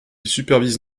supervise